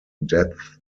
depth